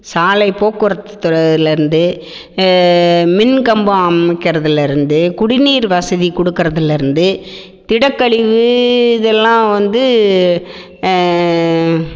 சாலை போக்குவரத்து தொடர்லேருந்து மின் கம்பம் அமைக்கிறதுலேருந்து குடிநீர் வசதி கொடுக்கறதுலேருந்து திடக்கழிவு இதெல்லாம் வந்து